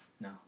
No